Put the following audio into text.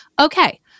okay